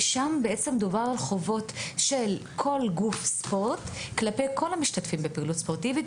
ודובר על חובות של כל גוף ספורט כלפי כל המשתתפים בפעילות ספורטיבית,